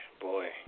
Boy